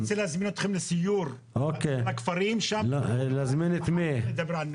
אני רוצה להזמין אתכם לסיור בכפרים אחר כך נדבר על נ"צ.